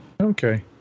Okay